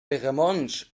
romontsch